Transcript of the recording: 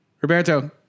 Roberto